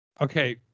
Okay